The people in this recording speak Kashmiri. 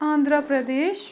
آندرا پردیش